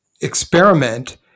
experiment